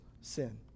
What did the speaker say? sin